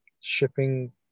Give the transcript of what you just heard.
shipping